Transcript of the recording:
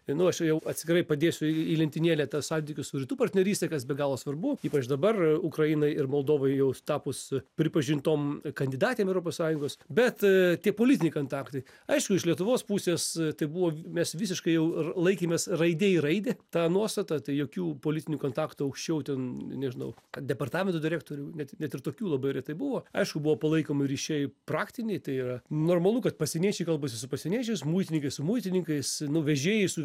nu aš jau atskirai padėsiu į į lentynėlę tuos santykius su rytų partneryste kas be galo svarbu ypač dabar ukrainai ir moldovai jau tapus pripažintom kandidatėm europos sąjungos bet tie politiniai kontaktai aišku iš lietuvos pusės tai buvo mes visiškai jau ir laikėmės raidė į raidę tą nuostatą tai jokių politinių kontaktų aukščiau ten nežinau kad departamentų direktorių net net ir tokių labai retai buvo aišku buvo palaikomi ryšiai praktiniai tai yra normalu kad pasieniečiai kalbasi su pasieniečius muitininkai su muitininkais nu vežėjai į su